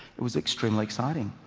it was extremely exciting.